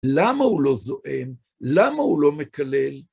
למה הוא לא זועם? למה הוא לא מקלל?